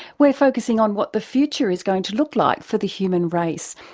we're focusing on what the future is going to look like for the human race.